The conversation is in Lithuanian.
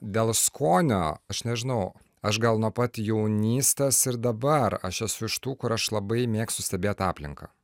dėl skonio aš nežinau aš gal nuo pat jaunystės ir dabar aš esu iš tų kur aš labai mėgstu stebėt aplinką